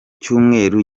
cyumweru